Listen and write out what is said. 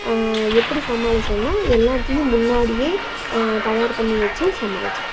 எப்படி சமாளித்தேன்னா எல்லாத்தையும் முன்னாடி தயார்ப் பண்ணி வச்சி சமாளித்தேன்